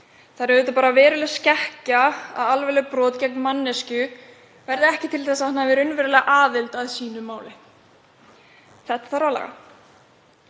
Það er auðvitað veruleg skekkja að alvarleg brot gegn manneskju verði ekki til þess að hún hafi raunverulega aðild að sínu máli. Þetta þarf að laga.